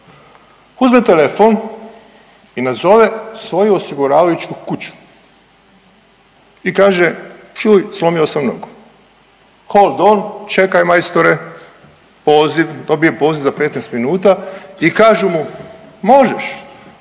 uzme telefon i nazove svoju osiguravajuću kuću i kaže čuj slomio sam nogu…/Govornik se ne razumije/…čekaj majstore, poziv, dobije poziv za 15 minuta i kažu mu možeš,